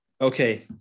okay